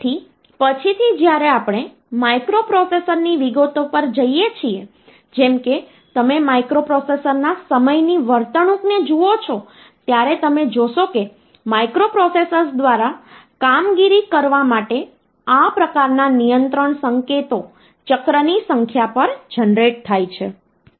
તેથી પછીથી જ્યારે આપણે માઇક્રોપ્રોસેસરની વિગતો પર જઈએ છીએ જેમ કે તમે માઇક્રોપ્રોસેસરના સમયની વર્તણૂકને જુઓ છો ત્યારે તમે જોશો કે માઇક્રોપ્રોસેસર્સ દ્વારા કામગીરી કરવા માટે આ પ્રકારના નિયંત્રણ સંકેતો ચક્રની સંખ્યા પર જનરેટ થાય છે